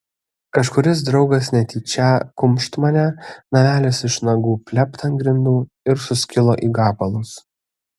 kažkuris draugas netyčią kumšt mane namelis iš nagų plept ant grindų ir suskilo į gabalus